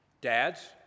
Dads